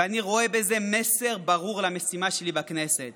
ואני רואה בזה מסר ברור למשימה שלי בכנסת,